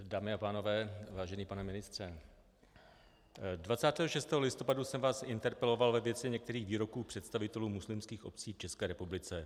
Dámy a pánové, vážený pane ministře, 26. listopadu jsem vás interpeloval ve věci některých výroků představitelů muslimských obcí v České republice.